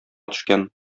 төшкән